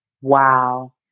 Wow